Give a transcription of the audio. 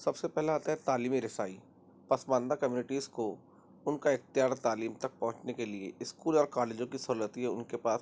سب سے پہلے آتا ہے تعلیمی رسائی پسماندہ کمیونیٹیز کو ان کا اختیار تعلیم تک پہنچنے کے لیے اسکول اور کالجوں کی سہولتیں ان کے پاس